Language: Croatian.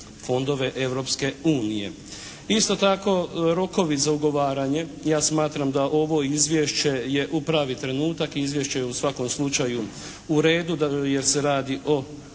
fondove Europske unije. Isto tako rokovi za ugovaranje ja smatram da ovo izvješće je u pravi trenutak, izvješće je u svakom slučaju u redu jer se radi o